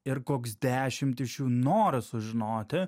ir koks dešimt iš jų nori sužinoti